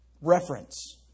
reference